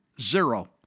Zero